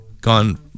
gone